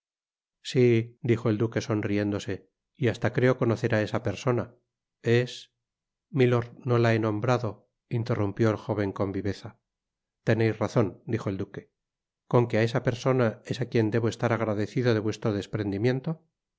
si dijo el duque sonriéndose y hasta creo conocer á esa persona es milord no la he nombrado interrumpió el jóven con viveza teneis razon dijo el duque con qué á esa persona es á quien debo estar agradecido de vuestro desprendimiento